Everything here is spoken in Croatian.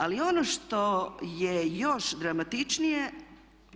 Ali ono što je još dramatičnije